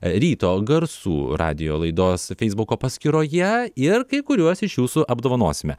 ryto garsų radijo laidos feisbuko paskyroje ir kai kuriuos iš jūsų apdovanosime